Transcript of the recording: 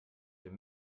dem